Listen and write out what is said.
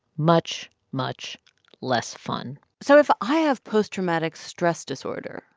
much, much less fun so if i have post-traumatic stress disorder,